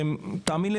שתאמין לי,